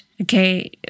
Okay